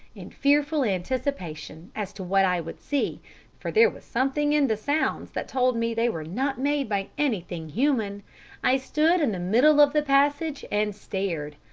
in fearful anticipation as to what i should see for there was something in the sounds that told me they were not made by anything human i stood in the middle of the passage and stared.